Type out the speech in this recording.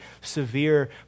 severe